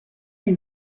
they